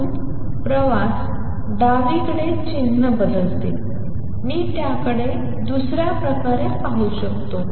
म्हणून प्रवास डावीकडे चिन्ह बदलते मी त्याकडे दुसऱ्या प्रकारे पाहू शकतो